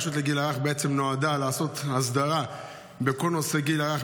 הרשות לגיל הרך בעצם נועדה לעשות הסדרה בכל נושא הגיל הרך,